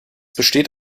besteht